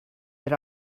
did